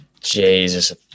Jesus